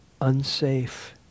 unsafe